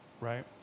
right